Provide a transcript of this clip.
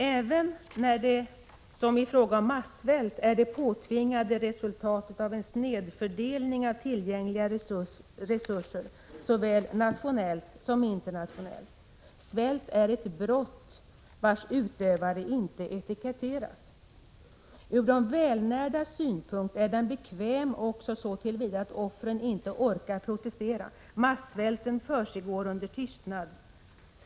Även när det som i fråga om massvält är det påtvingade resultatet av en snedfördelning av tillgängliga resurser — såväl nationellt som internationellt. Svält är ett brott vars utövare inte etiketteras. Ur de välnärdas synpunkt är den bekväm också såtillvida att offren inte orkar protestera. Massvälten försiggår under tystnad.